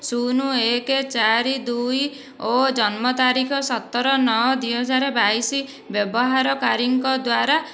ଶୂନ ଏକ ଚାରି ଦୁଇ ଓ ଜନ୍ମ ତାରିଖ ସତର ନଅ ଦୁଇ ହଜାରବାଇଶ ବ୍ୟବହାରକାରୀଙ୍କ ଦ୍ଵାରା